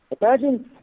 Imagine